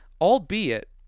albeit